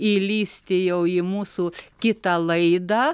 įlįsti jau į mūsų kitą laidą